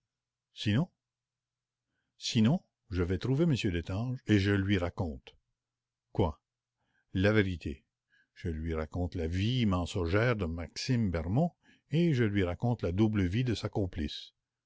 sinon sinon je vais trouver m destange et je lui raconte quoi la vérité je lui raconte la vie mensongère de maxime bermond et je lui raconte la double vie de sa complice